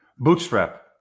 Bootstrap